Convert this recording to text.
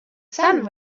son